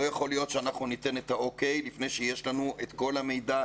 לא יכול להיות שאנחנו ניתן אוקיי לפני שיש לנו את כל המידע,